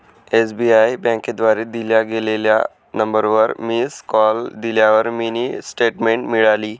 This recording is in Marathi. एस.बी.आई बँकेद्वारे दिल्या गेलेल्या नंबरवर मिस कॉल दिल्यावर मिनी स्टेटमेंट मिळाली